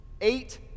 Eight